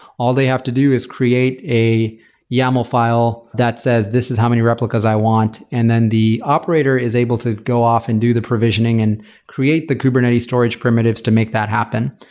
all they have to do is create a yaml file that says, this is how many replicas i want, and then the operator is able to go off and do the provisioning and create the kubernetes storage primitives to make that happen.